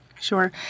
Sure